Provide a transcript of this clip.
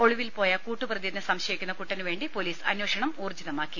ഒളിവിൽപോയ കൂട്ട് പ്രതിയെന്ന് സംശയിക്കുന്ന കുട്ടനുവേണ്ടി പൊലീസ് അന്വേഷണം ഊർജ്ജിതമാക്കി